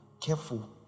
careful